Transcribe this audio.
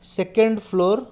second floor